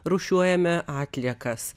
rūšiuojame atliekas